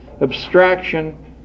abstraction